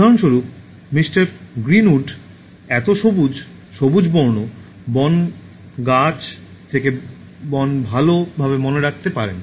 উদাহরণস্বরূপ Mr Greenwood এত সবুজ সবুজ বর্ণ বন গাছ থেকে বন ভালো ভাবে মনে রাখতে পারেন